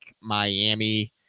Miami